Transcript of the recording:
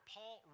Paul